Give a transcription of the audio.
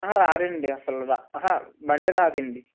రారు అండి అసలు బండి రాదు అండి